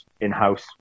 in-house